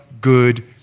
good